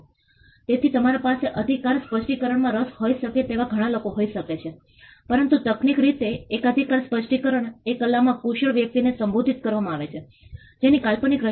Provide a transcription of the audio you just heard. બીજી એક એ છે કે પૂર પહેલા તે એક મકાન હતું અને તે એવું જ હતું પછી સ્થાનિક સરકારે રસ્તાને વર્ષો પછી ઉન્નત બનાવવાનું શરૂ કર્યું